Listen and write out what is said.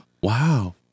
wow